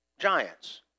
giants